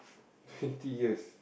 fifty years